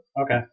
okay